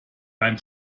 beim